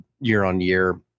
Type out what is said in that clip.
year-on-year